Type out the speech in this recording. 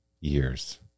years